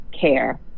care